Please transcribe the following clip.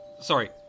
Sorry